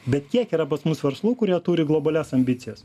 bet kiek yra pas mus verslų kurie turi globalias ambicijas